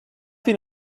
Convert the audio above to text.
been